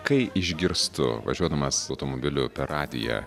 kai išgirstu važiuodamas automobiliu per radiją